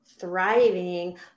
thriving